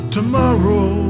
Tomorrow